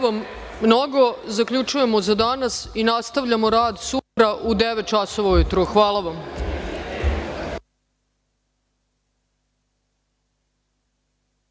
Hvala vam mnogo. Zaključujemo za danas i nastavljamo rad sutra u 9.00 časova ujutru. Hvala vam.